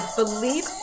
believe